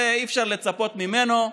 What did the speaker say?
לזה אי-אפשר לצפות ממנו,